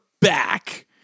back